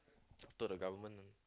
after the government